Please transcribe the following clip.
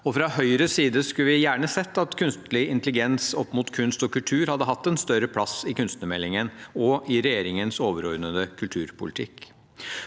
Fra Høyres side skulle vi gjerne sett at kunstig intelligens opp mot kunst og kultur hadde hatt en større plass i kunstnermeldingen og i regjeringens overordnede kulturpolitikk.